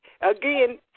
Again